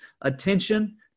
attention